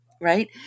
right